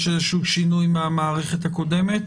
יש איזשהו שינוי מהמערכת הקודמת?